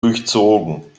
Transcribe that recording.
durchzogen